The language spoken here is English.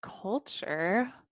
Culture